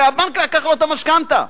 הרי הבנק לקח לו את המשכנתה.